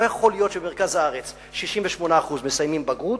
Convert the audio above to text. לא יכול להיות שבמרכז הארץ 68% מסיימים בגרות,